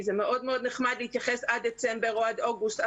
זה מאוד נחמד להתייחס עד דצמבר או עד אוגוסט,